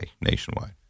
nationwide